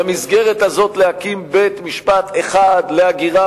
ובמסגרת הזאת להקים בית-משפט אחד להגירה